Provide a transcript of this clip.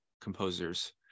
composers